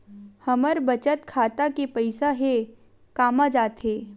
हमर बचत खाता के पईसा हे कामा जाथे?